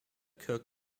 kurt